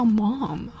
mom